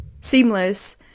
seamless